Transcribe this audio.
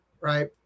right